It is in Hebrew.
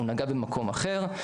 הוא נגע במקום אחר.